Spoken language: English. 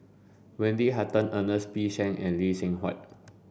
Wendy Hutton Ernest P Shanks and Lee Seng Huat